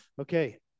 okay